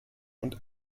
und